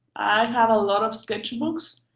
i have a lot of sketchbooks,